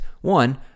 One